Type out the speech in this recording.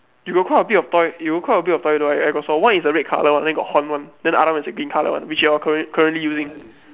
you got quite a bit of toy you got quite a bit of toy though I got saw one is the red colour then got horn [one] then the another one is green colour [one] which you are current~ currently using